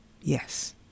Yes